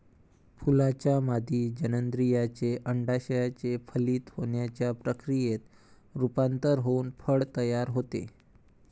फुलाच्या मादी जननेंद्रियाचे, अंडाशयाचे फलित होण्याच्या प्रक्रियेत रूपांतर होऊन फळ तयार होते